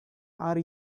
are